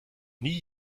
nie